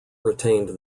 retained